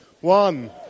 One